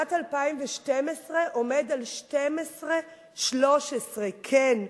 בשנת 2012 הוא 13-12. כן,